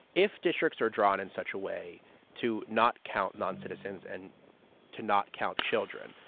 if districts are drawn in such a way to not count noncitizens and to not count children,